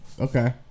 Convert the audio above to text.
Okay